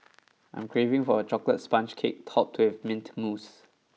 I am craving for a chocolate sponge cake topped with mint mousse